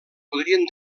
podrien